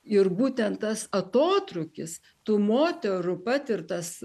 ir būtent tas atotrūkis tų moterų patirtas